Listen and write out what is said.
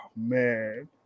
man